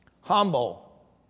humble